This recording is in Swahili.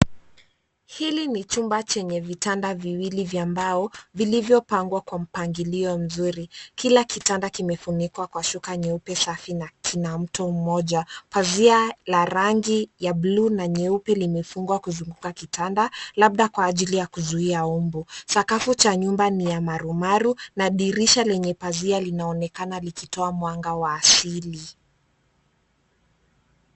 Hili ni chumba chenye vitanda viwili vya mbao, vilivyopangwa kwa mpangilio mzuri, kila kitanda kimefunikwa kwa shuka nyeupe, safi na kina mto mmoja, pazia la rangi ya bluu na nyeupe limefungwa kuzunguka kitanda, labda kwa ajili yakuzuia mbu, sakafu cha nyumba ni ya marumaru na dirisha lenye pazia linaonekana likitoa mwanga wa asili.